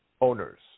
Owners